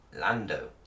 Lando